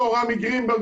אותו רמי גרינברג